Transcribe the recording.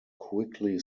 quickly